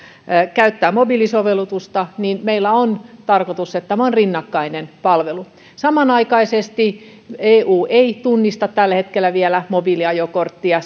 käyttää mobiilisovellutusta niin meillä on tarkoitus että tämä on rinnakkainen palvelu samanaikaisesti eu ei tunnista tällä hetkellä vielä mobiiliajokorttia